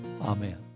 Amen